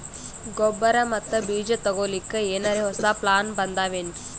ಗೊಬ್ಬರ ಮತ್ತ ಬೀಜ ತೊಗೊಲಿಕ್ಕ ಎನರೆ ಹೊಸಾ ಪ್ಲಾನ ಬಂದಾವೆನ್ರಿ?